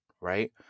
right